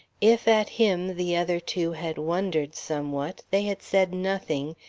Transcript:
if at him the other two had wondered somewhat, they had said nothing,